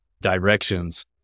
directions